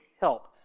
help